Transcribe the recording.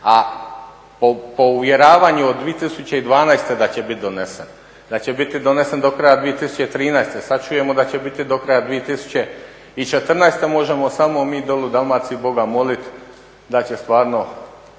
A o uvjeravanju od 2012. da će bit donesen, da će biti donesen do kraja 2013., sad čujemo da će biti do kraja 2014. možemo samo mi dolje u Dalmaciji Boga moliti da će stvarno